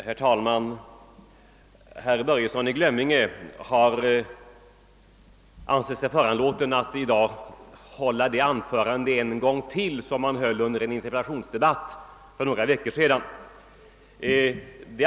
Herr talman! Herr Börjesson i Glömminge har sett sig föranlåten att i dag upprepa det anförande han höll under en interpellationsdebatt för några veckor sedan.